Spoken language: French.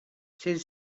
celle